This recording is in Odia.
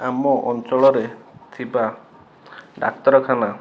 ଆମ ଅଞ୍ଚଳରେ ଥିବା ଡାକ୍ତରଖାନା